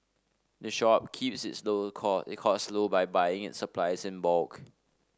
the shop keeps its slow it costs low by buying its supplies in bulk